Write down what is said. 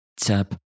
tap